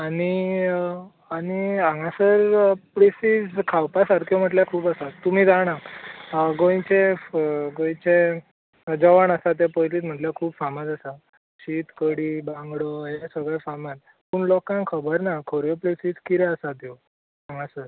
आनी आनी हांगासर प्लॅसीज खावपा सारक्यो म्हटल्यार खूब आसा तुमी जाणां गोंयचें गोंयचें जेवण आसा ते पयलींच म्हटल्यार खूब फामाद आसात शीत कडी बांगडो हें सगळें फामाद पूण लोकांक खबर ना खऱ्यो प्लॅसीज कितें आसा त्यो हांगासर